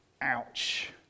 Ouch